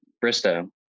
Bristow